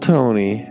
Tony